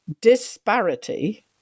disparity